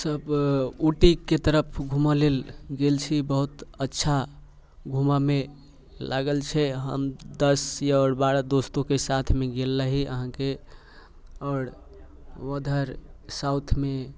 सभ उटीके तरफ घुमऽ लेल गेल छी बहुत अच्छा घुमऽमे लागल छै हम दस या बारह दोस्तोके साथमे गेल रही अहाँके आओर उधर साउथमे